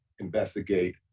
investigate